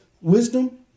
wisdom